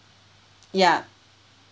ya